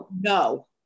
No